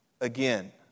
again